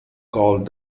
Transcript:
called